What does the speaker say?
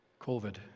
COVID